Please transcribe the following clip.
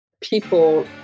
People